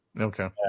Okay